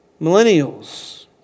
millennials